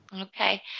Okay